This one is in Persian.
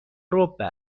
ربع